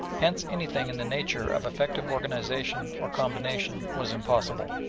hence anything in the nature of effective organisation or combination was impossible.